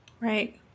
Right